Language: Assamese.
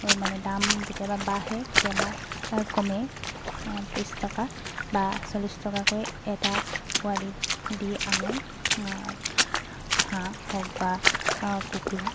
মানে দাম কেতিয়াবা বাঢ়ে কেতিয়াবা কমে ত্ৰিছ টকা বা চল্লিছ টকাকৈ এটা পোৱালিত দি আনো হাঁহ হওক বা কুকুৰা